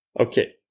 okay